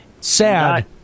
Sad